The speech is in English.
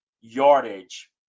yardage